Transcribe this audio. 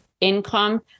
income